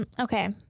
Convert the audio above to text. Okay